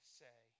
say